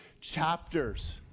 chapters